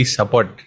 support